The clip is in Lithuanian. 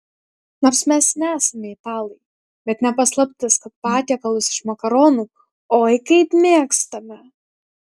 nors mes nesame italai bet ne paslaptis kad patiekalus iš makaronų oi kaip mėgstame